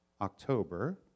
October